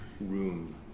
room